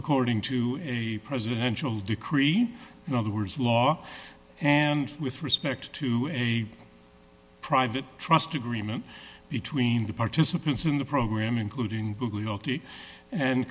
according to a presidential decree in other words law and with respect to a private trust agreement between the participants in the program including